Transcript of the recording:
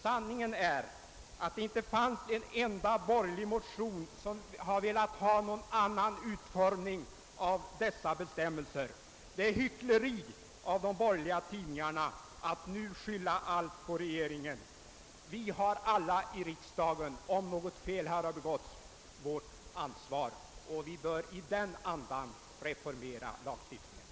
Sanningen är att det inte fanns en enda borgerlig motion med förslag till en annan utformning av dessa bestämmelser. Det är hyckleri av de borgerliga tidningarna att nu skylla allt på regeringen. Om något fel har begåtts har vi alla här i riksdagen ansvar för det, och i den andan bör vi reformera lagstiftningen.